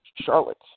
Charlotte